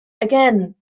Again